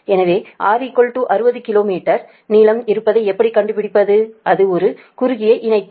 எனவே R 60 kilometre நீளம் இருப்பதை எப்படி கண்டுபிடிப்பது அது ஒரு குறுகிய இணைப்பு